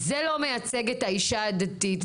זה לא מייצג את האישה הדתית.